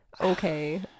Okay